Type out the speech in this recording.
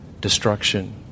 destruction